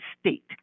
state